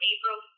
April